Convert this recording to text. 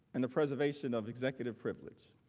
and the preservation of executive privilege,